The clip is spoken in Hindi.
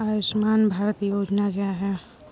आयुष्मान भारत योजना क्या है?